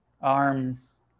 Arms